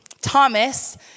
Thomas